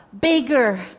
Bigger